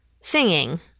singing